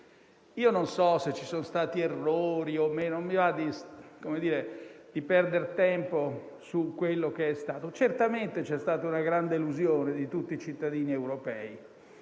Non so se ci sono stati errori o no, non mi va di perdere tempo su quello che è stato. Certamente c'è stata una grande illusione di tutti i cittadini europei,